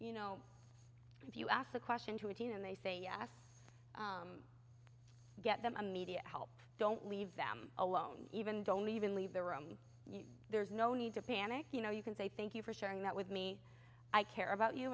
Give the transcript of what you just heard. you know if you ask the question to a teen and they say yes get them immediate help don't leave them alone even don't even leave the room there's no need to panic you know you can say thank you for sharing that with me i care about you